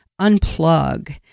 unplug